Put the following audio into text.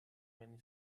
many